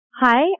Hi